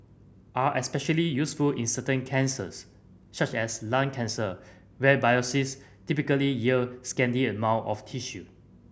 are especially useful in certain cancers such as lung cancer where typically yield scanty amount of tissue